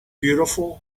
beautiful